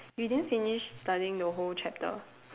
you didn't finish studying the whole chapter